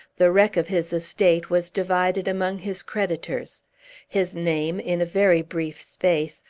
the wreck of his estate was divided among his creditors his name, in a very brief space,